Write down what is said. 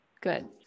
Good